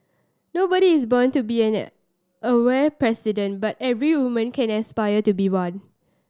nobody is born to be an aware president but every woman can aspire to be one